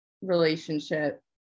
relationship